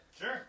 Sure